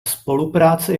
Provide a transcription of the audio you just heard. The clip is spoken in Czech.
spolupráce